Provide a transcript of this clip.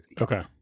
Okay